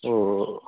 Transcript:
ഓ ഓ ഓ